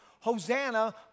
Hosanna